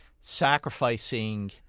sacrificing